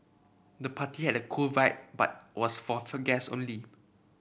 the party had a cool vibe but was for food guests only